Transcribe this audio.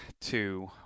two